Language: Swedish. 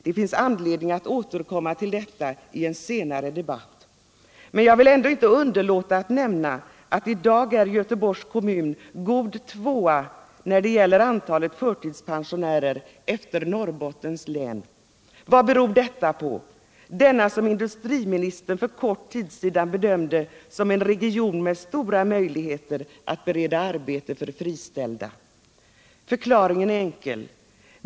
Det finns anledning att återkomma till detta i en senare debatt. Men jag vill ändå inte underlåta att nämna att i dag är Göteborgs kommun god tvåa när det gäller antalet förtidspensionärer efter Norrbottens län. Vad beror detta på? Denna region bedömde industriministern för kort tid sedan som en region med stora möjligheter att bereda arbete för friställda. Förklaringen är enkel.